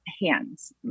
hands